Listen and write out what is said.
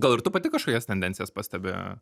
gal ir tu pati kažkokias tendencijas pastebi